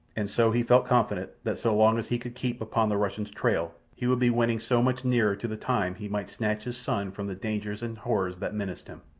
and so he felt confident that so long as he could keep upon the russian's trail he would be winning so much nearer to the time he might snatch his son from the dangers and horrors that menaced him.